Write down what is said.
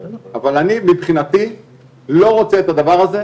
אבל אני מבחינתי לא רוצה את הדבר הזה,